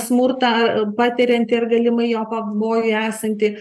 smurtą patiriantį ar galimai jo pavojuje esantį